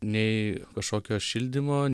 nei kažkokio šildymo